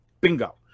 bingo